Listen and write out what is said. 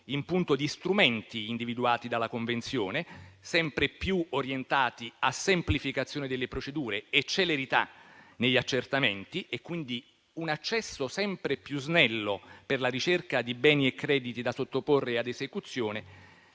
in punto di strumenti individuati dalla convenzione, sempre più orientati alla semplificazione delle procedure e alla celerità degli accertamenti: un accesso sempre più snello per la ricerca di beni e crediti da sottoporre ad esecuzione